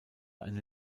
eine